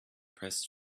pressed